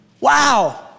wow